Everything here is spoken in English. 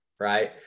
right